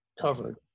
covered